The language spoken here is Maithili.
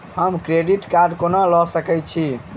हम क्रेडिट कार्ड कोना लऽ सकै छी?